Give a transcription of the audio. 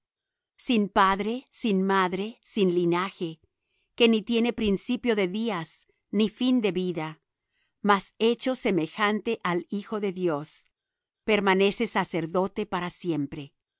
sin padre sin madre sin linaje que ni tiene principio de días ni fin de vida mas hecho semejante al hijo de dios permanece sacerdote para siempre